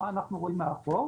מה אנחנו רואים מאחור?